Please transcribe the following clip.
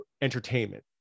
entertainment